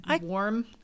warm